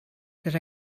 that